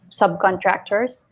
subcontractors